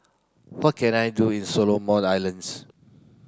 what can I do in Solomon Islands